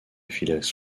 phileas